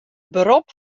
berop